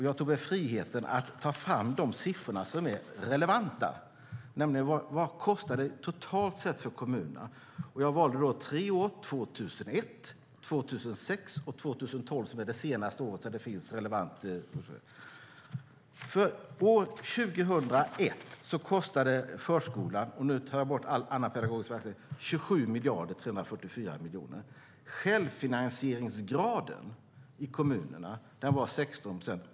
Jag tog mig friheten att ta fram de siffror som är relevanta, nämligen vad det kostar totalt sett för kommunerna. Jag valde då tre år: 2001, 2006 och 2012, som är det senaste året. År 2001 kostade förskolan - nu tar jag bort all annan pedagogisk verksamhet - 27 344 000 000. Självfinansieringsgraden i kommunerna var 16 procent.